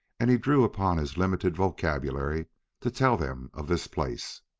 and he drew upon his limited vocabulary to tell them of this place.